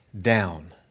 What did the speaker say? down